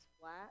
flat